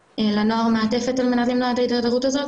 לנוער מעטפת על מנת למנוע את ההידרדרות הזאת.